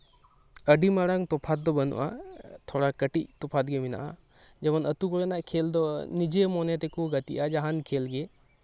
ᱟᱹᱰᱤ ᱢᱟᱨᱟᱝ ᱛᱚᱯᱷᱟᱛ ᱫᱚ ᱵᱟᱹᱱᱩᱜᱼᱟ ᱛᱷᱚᱲᱟ ᱠᱟᱹᱴᱤᱡ ᱛᱚᱯᱷᱟᱛ ᱜᱮ ᱢᱮᱟᱜᱼᱟ ᱡᱮᱢᱚᱱ ᱟᱹᱛᱩ ᱠᱩᱨᱮᱱᱟᱜ ᱠᱷᱮᱞ ᱫᱚ ᱱᱤᱡᱮᱨ ᱢᱚᱱᱮ ᱛᱮᱠᱚ ᱜᱟᱛᱤᱜᱼᱟ ᱡᱟᱦᱟᱱ ᱠᱷᱮᱞ ᱜᱮ